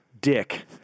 dick